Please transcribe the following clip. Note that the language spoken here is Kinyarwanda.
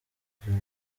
jaguar